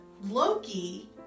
Loki